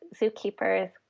zookeepers